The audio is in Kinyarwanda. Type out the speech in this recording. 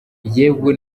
yewe